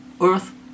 earth